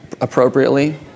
appropriately